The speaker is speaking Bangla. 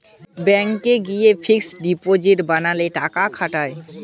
ব্যাংকে গিয়ে ফিক্সড ডিপজিট বানালে টাকা খাটায়